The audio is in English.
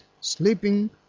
sleeping